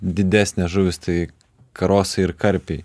didesnės žuvys tai karosai ir karpiai